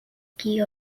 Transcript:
key